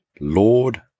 Lord